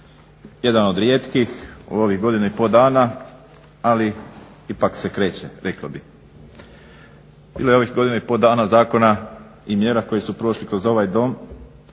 Jedan od rijetkih u ovih godinu i pol dana ali ipak se kreće rekao bih. Bilo je u ovih godinu i pol dana zakona i mjera koji su prošli kroz ovaj Dom,